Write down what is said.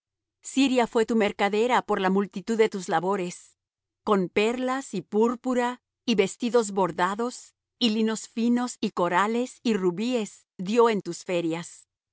siria fué tu mercadera por la multitud de tus labores con perlas y púrpura y vestidos bordados y linos finos y corales y rubíes dió en tus ferias